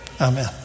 Amen